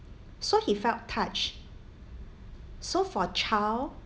so he felt touched so for child